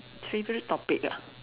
favorite topic